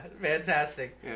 fantastic